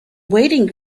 waiting